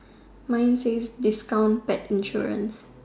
mine says discount pet insurance